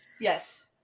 Yes